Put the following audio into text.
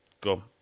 Go